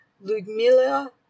Ludmila